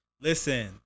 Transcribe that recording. Listen